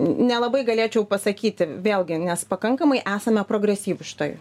nelabai galėčiau pasakyti vėlgi nes pakankamai esame progresyvūs šitoj